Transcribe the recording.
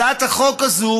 הצעת החוק הזאת,